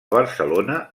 barcelona